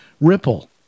Ripple